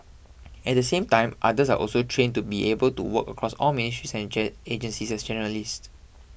at the same time others are also trained to be able to work across all ministries and agencies as generalist